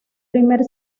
primer